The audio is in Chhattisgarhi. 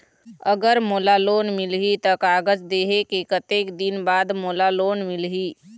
अगर मोला लोन मिलही त कागज देहे के कतेक दिन बाद मोला लोन मिलही?